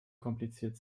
kompliziert